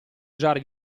usare